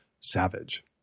Savage